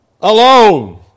alone